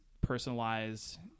personalized